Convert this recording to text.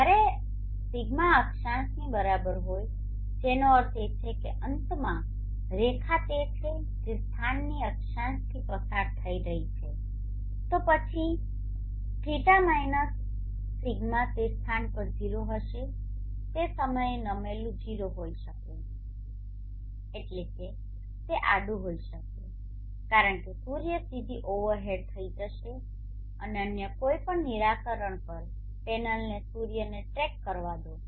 જ્યારે 𝛿 અક્ષાંશની બરાબર હોય જેનો અર્થ છે કે અંતમાં રેખા તે છે કે જે તે સ્થાનના અક્ષાંશથી પસાર થઈ રહી છે તો પછી ϕ - 𝛿 તે સ્થાન પર 0 હશે તે સમયે નમેલું 0 હોઈ શકે છે એટલે કે તે આડું હોઈ શકે કારણ કે સૂર્ય સીધો ઓવરહેડ થઈ જશે અને અન્ય કોઈપણ નિરાકરણ પર પેનલને સૂર્યને ટ્રેક કરવા દો